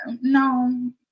no